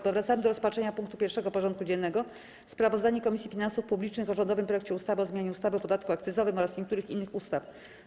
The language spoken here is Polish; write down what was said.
Powracamy do rozpatrzenia punktu 1. porządku dziennego: Sprawozdanie Komisji Finansów Publicznych o rządowym projekcie ustawy o zmianie ustawy o podatku akcyzowym oraz niektórych innych ustaw.